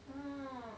orh